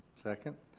second.